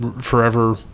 forever